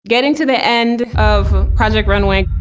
getting to the end of project runway,